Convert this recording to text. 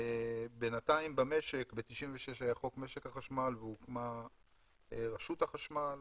בינתיים במשק ב-96' היה חוק משק החשמל והוקמה רשות החשמל.